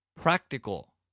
Practical